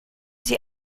sie